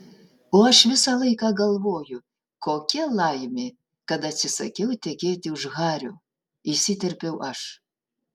o aš visą laiką galvoju kokia laimė kad atsisakiau tekėti už hario įsiterpiau aš